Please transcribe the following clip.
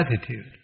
attitude